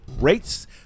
rates